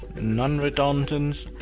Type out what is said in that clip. non-redundant.